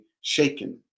shaken